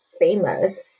famous